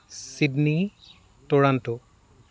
Sydney Toronto